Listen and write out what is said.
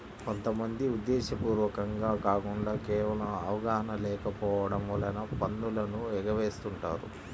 కొంత మంది ఉద్దేశ్యపూర్వకంగా కాకుండా కేవలం అవగాహన లేకపోవడం వలన పన్నులను ఎగవేస్తుంటారు